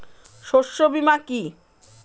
শস্য বীমা কি?